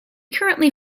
currently